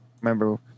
remember